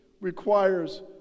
requires